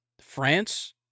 France